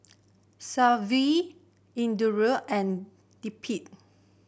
Sanjeev Indira and Dilip